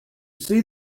see